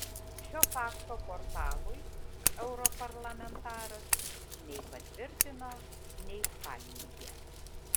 šio fakto portalui europarlamentaras nei patvirtino nei paneigė